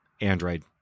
Android